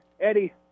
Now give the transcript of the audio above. Eddie